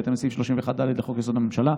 בהתאם לסעיף 31(ד) לחוק-יסוד: הממשלה,